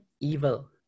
evil